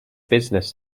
business